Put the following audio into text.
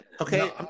Okay